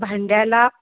भांड्याला